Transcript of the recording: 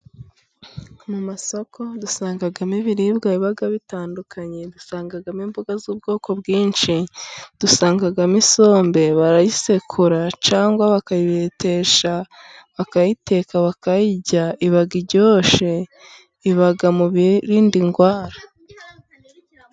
Mu masoko dusangagamo ibiribwa bibaga bitandukanye dusangagamo imboga z'ubwoko bwinshi, dusangagamo isombe barayisekura cyangwa bakayibitesha bakayiteka bakayijya ibaga ijyoshe ibaga mubirind'indwara.